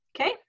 Okay